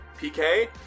PK